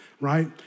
right